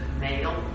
male